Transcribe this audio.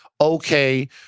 okay